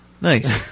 Nice